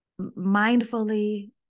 mindfully